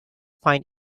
find